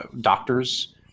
doctors